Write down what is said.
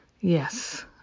Yes